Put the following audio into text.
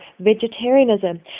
vegetarianism